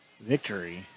victory